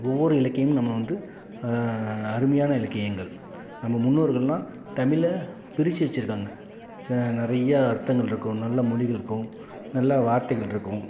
ஒவ்வொரு இலக்கியமும் நம்ம வந்து அருமையான இலக்கியங்கள் நம்ம முன்னோர்கள்லாம் தமிழை பிரித்து வச்சிருக்காங்க ச நிறையா அர்த்தங்கள் இருக்கும் நல்ல மொழிகள் இருக்கும் நல்ல வார்த்தைகள் இருக்கும்